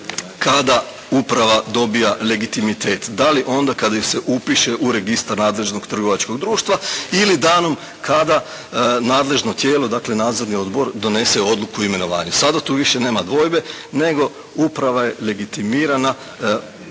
kada uprava dobiva legitimitet. Da li onda kada se upiše u registar nadležnog trgovačkog društva ili danom kada nadležno tijelo, dakle nadzorni odbor donese odluku o imenovanju. Sada tu više nema dvojbe nego uprava je legitimirana